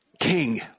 King